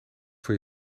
voor